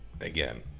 Again